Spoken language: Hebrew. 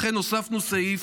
לכן הוספנו סעיף,